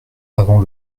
avant